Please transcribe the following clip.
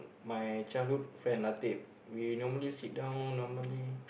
my childhood friend Latip we normally sit down normally